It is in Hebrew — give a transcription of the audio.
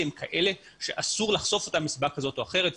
הם כאלה שאסור לחשוף אותם מסיבה כזו או אחרת,